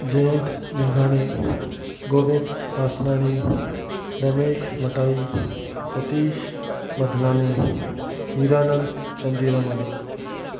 जयंत मेघाणी गोविंद आसनाणी रमेश मटाई सतीश मधनानी हीरानंद चंदीरमानी